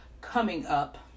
coming-up